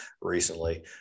recently